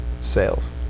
sales